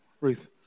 Ruth